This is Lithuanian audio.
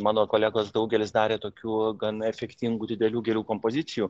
mano kolegos daugelis darė tokių gana efektingų didelių gėlių kompozicijų